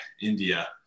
india